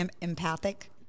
empathic